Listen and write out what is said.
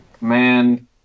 Man